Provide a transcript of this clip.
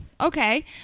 okay